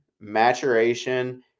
maturation